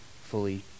fully